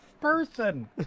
person